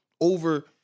over